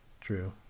True